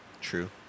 True